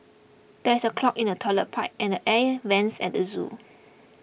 there is a clog in the Toilet Pipe and Air Vents at the zoo